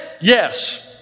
Yes